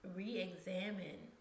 re-examine